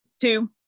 Two